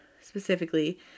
specifically